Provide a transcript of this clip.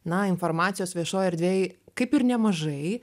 na informacijos viešoj erdvėj kaip ir nemažai